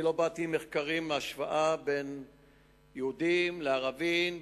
לא באתי עם מחקרים עם השוואה בין יהודים לערבים,